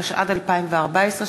התשע"ד 2014,